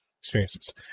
experiences